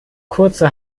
kurze